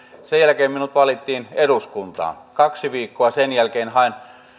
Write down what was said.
sen jälkeen minut valittiin eduskuntaan kun kaksi viikkoa sen jälkeen hain